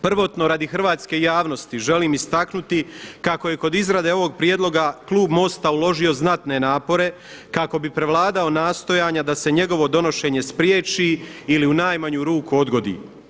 Prvotno radi hrvatske javnosti želim istaknuti kako je kod izrade ovog prijedloga Klub MOST-a uložio znatne napore kako bi prevladao nastojanja da se njegovo donošenje spriječi ili u najmanju ruku odgodi.